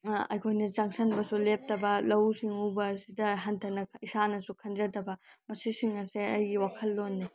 ꯑꯩꯈꯣꯏꯅ ꯆꯥꯛꯁꯤꯟꯕꯁꯨ ꯂꯦꯞꯇꯕ ꯂꯧꯎ ꯁꯤꯡꯎꯕꯁꯤꯗ ꯍꯟꯊꯅ ꯏꯁꯥꯅꯁꯨ ꯈꯟꯖꯗꯕ ꯃꯁꯤꯁꯤꯡ ꯑꯁꯦ ꯑꯩꯒꯤ ꯋꯥꯈꯜꯂꯣꯟꯅꯤ